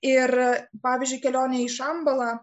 ir pavyzdžiui kelionė į šambalą